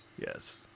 Yes